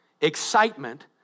Excitement